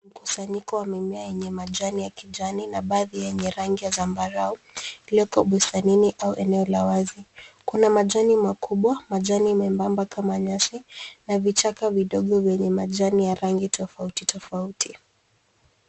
Mkusanyiko wa mimea yenye majani ya kijani na baadhi yenye rangi ya zambarau ilioko busanini au eneo la wazi. Kuna majani makubwa, majani membamba kama nyasi na vichaka vidogo vyenye majani ya rangi tofauti tofauti.